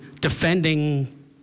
defending